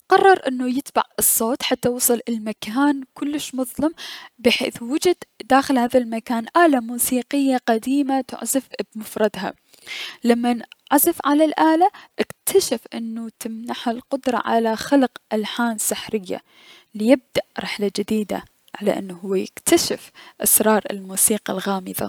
قرر انو يتبع الصوت حتى وصل المكان كلش مظلم بحيث وجد داخل هذا المكان اله موسيقية قديمة تعزف ابمفردها، لمن عزف على الألة، اكنشف انو تمنحه القدرة على خلق الحان سحرية ليبدأ رحلة جديدة ليكتشف اسرار الموسيقى الغامضة.